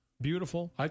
beautiful